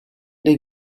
del